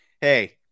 Hey